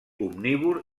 omnívor